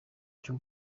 cy’u